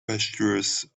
pastures